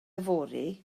yfory